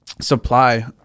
supply